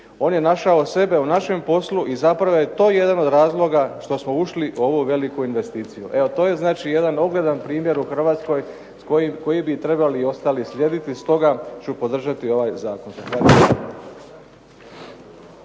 On je našao sebe u našem poslu i zapravo je to jedan od razloga što smo ušli u ovu veliku investiciju. Evo to je znači jedan ogledan primjer u Hrvatskoj koji bi trebali i ostali slijediti, stoga ću podržati ovaj zakon.